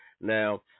Now